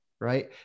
right